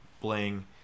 bling